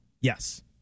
Yes